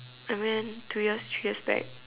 I went two years three years back